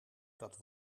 dat